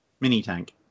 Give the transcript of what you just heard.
mini-tank